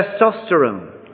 testosterone